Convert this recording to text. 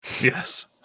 Yes